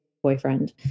Boyfriend